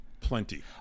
plenty